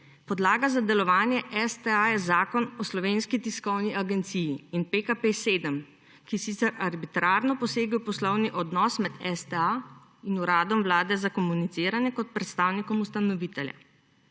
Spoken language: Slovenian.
Podlaga za delovanje STA je Zakon o Slovenski tiskovni agenciji in PKP7, ki sicer arbitrarno posega v poslovni odnos med STA in Uradom vlade za komuniciranje kot predstavnikom ustanovitelja.